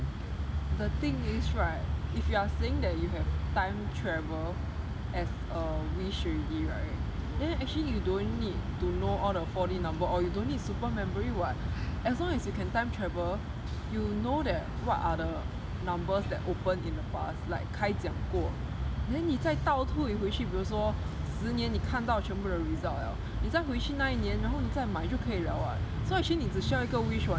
the thing is right if you are saying that you have time travel as a wish already right then actually you don't need to know all the four D number or you don't need super memory [what] as long as you can time travel you know will know what are the numbers that opened in the past like 开奖过 then 你在倒退回去比如说十年你看到全部的 result liao 你再回去那一年然后你再买就可以 liao [what] so actually 你只需要一个 wish [what]